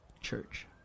church